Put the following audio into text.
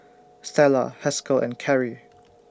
Stella Haskell and Kerrie